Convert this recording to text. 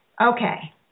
Okay